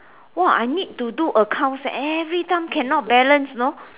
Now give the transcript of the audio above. !wah! I need to do accounts every time cannot balance know